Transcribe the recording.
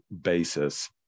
basis